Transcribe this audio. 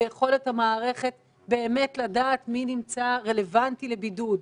ביכולת המערכת באמת לדעת מי נמצא רלבנטי לבידוד.